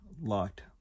locked